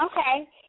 Okay